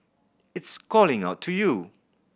it's calling out to you